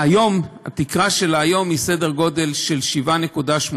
התקרה היום היא בסדר גודל של 7.8%,